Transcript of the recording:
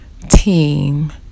team